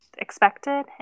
expected